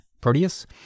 Proteus